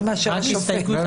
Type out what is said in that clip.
יותר מאשר השופט.